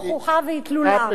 או חוקה ואטלולא.